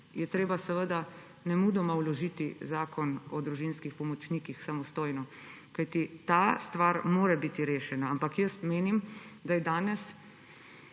je treba seveda nemudoma vložiti zakon o družinskih pomočnikih samostojno, kajti ta stvar mora biti rešena. Ampak jaz menim, da je danes